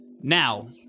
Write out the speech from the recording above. Now